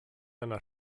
einer